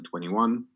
2021